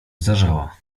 zdarzała